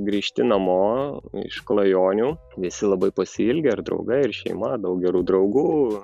grįžti namo iš klajonių visi labai pasiilgę ir draugai ir šeima daug gerų draugų